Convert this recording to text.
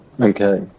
Okay